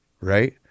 right